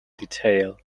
detail